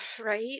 Right